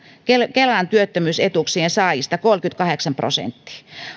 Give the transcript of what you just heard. kelan työttömyys etuuksien saajista kolmekymmentäkahdeksan prosenttia